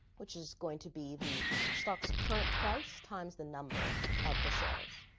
which is going to be the stock's current price times the number of the shares,